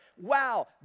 wow